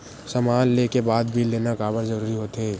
समान ले के बाद बिल लेना काबर जरूरी होथे?